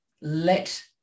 let